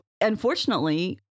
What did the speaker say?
unfortunately